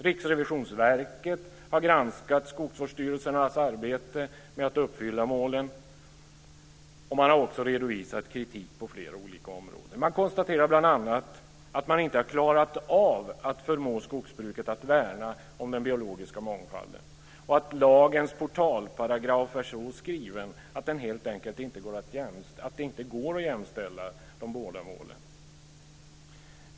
Riksrevisionsverket har granskat skogsvårdsstyrelsernas arbete med att uppfylla målen, och verket har redovisat kritik på flera områden. Man konstaterar bl.a. att man inte har klarat av att förmå skogsbruket att värna den biologiska mångfalden och att lagens portalparagraf är så skriven att det inte går att jämställa de båda målen.